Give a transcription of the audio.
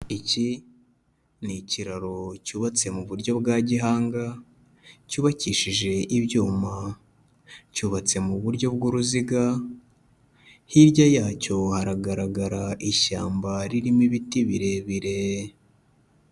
Iki ni ikiraro cyubatse mu buryo bwa gihanga, cyubakishije ibyuma, cyubatse mu buryo bw'uruziga, hirya yacyo haragaragara ishyamba ririmo ibiti birebire.